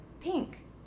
Pink